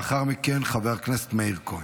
לאחר מכן, חבר הכנסת מאיר כהן.